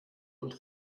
und